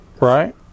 Right